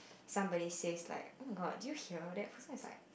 somebody says like oh-my-god did you hear that person is like